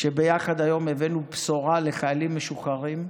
ביחד היום הבאנו בשורה לחיילים משוחררים,